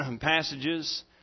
passages